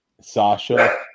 sasha